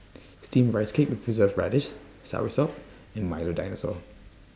Steamed Rice Cake with Preserved Radish Soursop and Milo Dinosaur